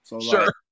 Sure